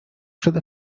przede